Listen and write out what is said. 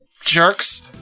jerks